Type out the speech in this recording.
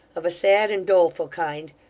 of a sad and doleful kind.